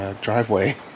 driveway